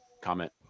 comment